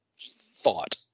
thought